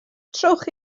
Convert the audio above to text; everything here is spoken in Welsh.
trowch